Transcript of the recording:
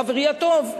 חברי הטוב,